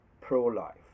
pro-life